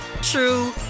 true